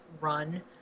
run